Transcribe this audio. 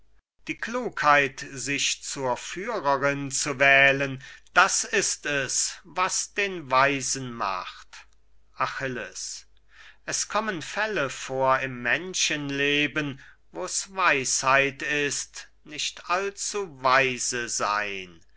die klugheit sich zur führerin zu wählen das ist es was den weisen macht achilles es kommen fälle vor im menschenleben wo's weisheit ist nicht allzuweise sein